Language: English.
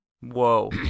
Whoa